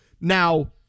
Now